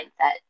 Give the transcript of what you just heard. mindset